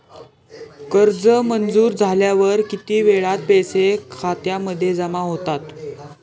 कर्ज मंजूर झाल्यावर किती वेळात पैसे खात्यामध्ये जमा होतात?